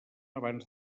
abans